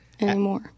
anymore